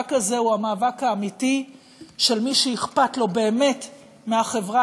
והמאבק הזה הוא המאבק האמיתי של מי שאכפת לו באמת מהחברה